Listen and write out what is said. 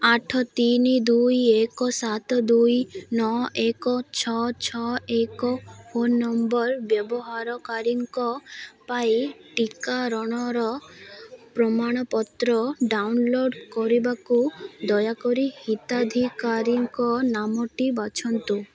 ଆଠ ତିନି ଦୁଇ ଏକ ସାତ ଦୁଇ ନଅ ଏକ ଛଅ ଛଅ ଏକ ଫୋନ୍ ନମ୍ବର୍ ବ୍ୟବହାରକାରୀଙ୍କ ପାଇଁ ଟିକାକରଣର ପ୍ରମାଣପତ୍ର ଡାଉନଲୋଡ଼୍ କରିବାକୁ ଦୟାକରି ହିତାଧିକାରୀଙ୍କ ନାମଟି ବାଛନ୍ତୁ